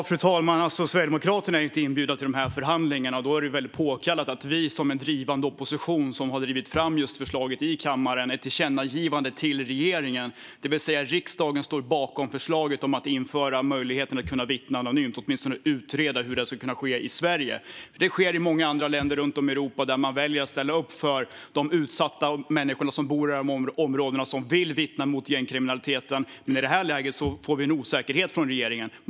Fru talman! Sverigedemokraterna är inte inbjudna till förhandlingarna. Det är därför påkallat att vi som en drivande opposition, som har drivit fram ett förslag i kammaren om ett tillkännagivande till regeringen, får veta vad som sker. Riksdagen står alltså bakom förslaget att införa - eller att åtminstone utreda - möjligheten att vittna anonymt och hur detta skulle kunna ske i Sverige. Detta sker i många andra länder runt om i Europa, där man väljer att ställa upp för de utsatta människor som bor i de här områdena och som vill vittna mot gängkriminaliteten. Men i det här läget får vi en osäkerhet från regeringen.